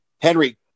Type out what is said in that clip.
Henry